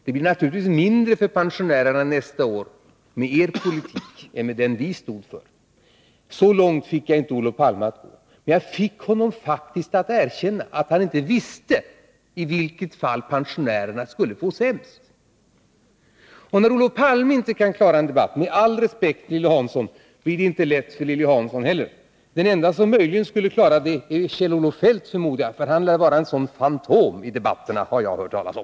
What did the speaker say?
Det blir naturligtvis mindre för pensionärerna nästa år med er politik än med den vi stod för. Så långt fick jag inte Olof Palme att gå, men jag fick honom faktiskt att erkänna att han inte visste i vilket fall pensionärerna skulle få det sämst. Och när Olof Palme inte kan klara en debatt — med all respekt, Lilly Hansson — blir det inte lätt för Lilly Hansson heller. Den enda som möjligen skulle klara det är Kjell-Olof Feldt, förmodar jag, för han lär vara en sådan fantom i debatterna, har jag hört talas om.